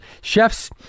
chefs